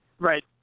Right